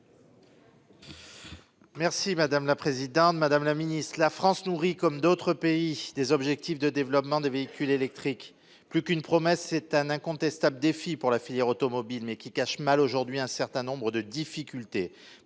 Merci madame la présidente, madame la Ministre, la France nourrit comme d'autres pays des objectifs de développement des véhicules électriques. Plus qu'une promesse, c'est un incontestable défi pour la filière automobile mais qui cache mal aujourd'hui un certain nombre de difficultés.